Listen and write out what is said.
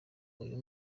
uyu